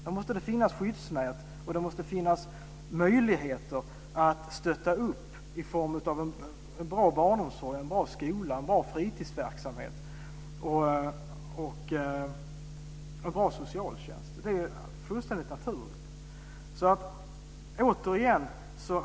Det måste finnas ett skyddsnät och möjlighet att stötta med bra barnomsorg, bra skola, bra fritidsverksamhet och bra socialtjänst. Det är fullständigt naturligt.